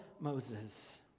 Moses